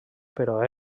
però